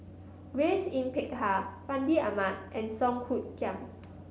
Grace Yin Peck Ha Fandi Ahmad and Song Hoot Kiam